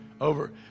over